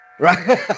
Right